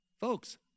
Folks